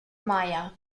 meier